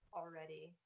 already